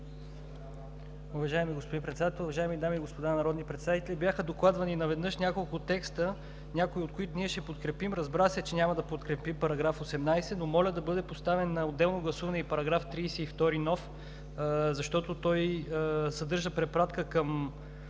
Уважаеми господин Председател, уважаеми дами и господа народни представители! Бяха докладвани наведнъж няколко текста, някои от които ние ще подкрепим. Разбира се, че няма да подкрепим § 18, но моля да бъде поставен на отделно гласуване и § 32 – нов, защото той съдържа препратка към